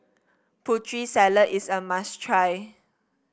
Putri Salad is a must try